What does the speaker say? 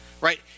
Right